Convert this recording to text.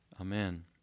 Amen